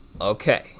okay